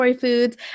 foods